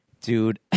Dude